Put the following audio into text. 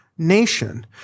nation